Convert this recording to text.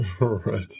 Right